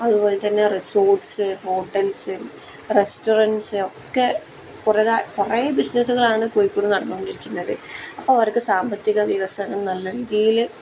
അതുപോലെത്തന്നെ resorts hotels restaurants ഒക്കെ കുറേ കുറേ ബിസിനസ്സുകളാണ് കോഴിക്കോട് നടന്നുകൊണ്ടിരിക്കുന്നത് അപ്പം അവർക്ക് സാമ്പത്തിക വികസനം നല്ല രീതിയിൽ